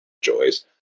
joys